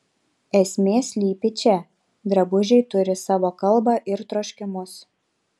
esmė slypi čia drabužiai turi savo kalbą ir troškimus